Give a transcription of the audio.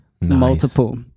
multiple